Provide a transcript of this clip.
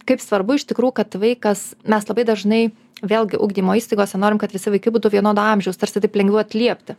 kaip svarbu iš tikrų kad vaikas mes labai dažnai vėlgi ugdymo įstaigose norim kad visi vaikai būtų vienodo amžiaus tarsi taip lengviau atliepti